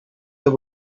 that